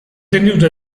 tenuti